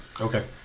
Okay